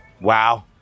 Wow